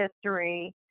history